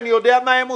אני יודע מה הם עושים.